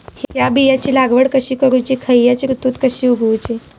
हया बियाची लागवड कशी करूची खैयच्य ऋतुत कशी उगउची?